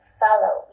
follow